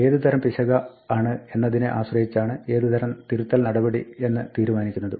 ഏത് തരം പിശകാണ് എന്നതിനെ ആശ്രയിച്ചാണ് ഏത് തരം തിരുത്തൽ നടപടി എന്ന് തീരുമാനിക്കുന്നത്